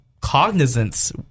cognizance